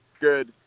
good